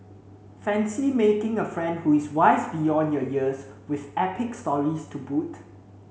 fancy making a friend who is wise beyond your years with epic stories to boot